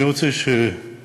אני רוצה שנבין: